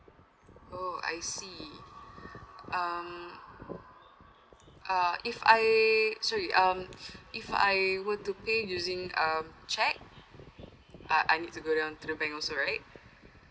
oh I see um uh if I sorry um if I were to pay using um cheque I I need to go down to the bank also right